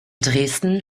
dresden